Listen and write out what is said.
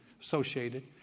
associated